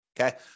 Okay